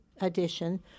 edition